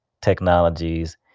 technologies